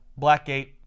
Blackgate